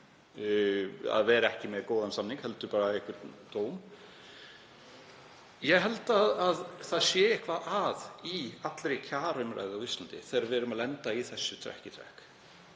að vera ekki með góðan samning heldur bara einhvern dóm. Ég held að það sé eitthvað að í allri kjaraumræðu á Íslandi fyrst við lendum í þessu trekk í trekk.